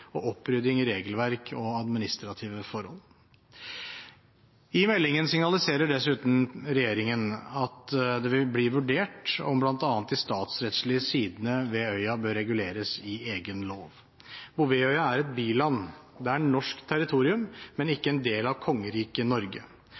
og opprydding i regelverk og administrative forhold. I meldingen signaliserer dessuten regjeringen at det vil bli vurdert om bl.a. de statsrettslige sidene ved øya bør reguleres i egen lov. Bouvetøya er et biland. Det er norsk territorium, men